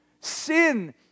Sin